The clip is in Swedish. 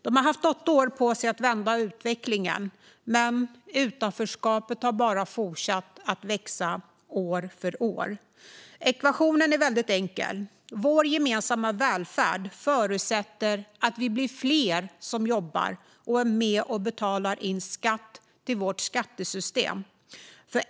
De har haft åtta år på sig att vända utvecklingen, men utanförskapet har bara fortsatt att växa år för år. Ekvationen är väldigt enkel: vår gemensamma välfärd förutsätter att vi blir fler som jobbar och är med och betalar in skatt till vårt skattesystem.